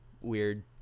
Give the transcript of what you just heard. Weird